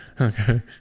Okay